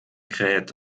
kräht